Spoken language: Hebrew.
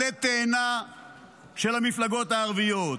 עלה התאנה של המפלגות הערביות.